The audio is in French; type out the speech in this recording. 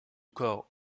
corps